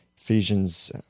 Ephesians